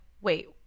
wait